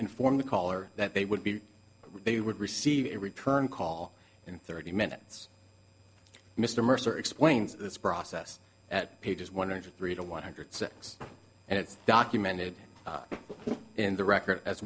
informed the caller that they would be they would receive a return call in thirty minutes mr mercer explains this process at pages one hundred three to one hundred six and it's documented in the record as